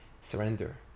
surrender